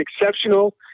exceptional